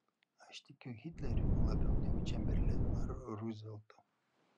aš tikiu hitleriu labiau negu čemberlenu ar ruzveltu